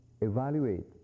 evaluate